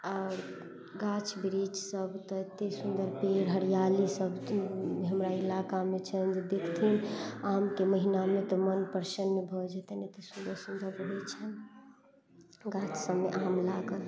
गाछ वृक्ष सब तऽ एते सुन्दर पेड़ हरियाली सब हमरा इलाकामे छनि जे देखथिन आमके महीना मे तऽ मन प्रसन्न भऽ जेतनि एते सुन्दर सुन्दर रहै छनि गाछ सबमे आम लागल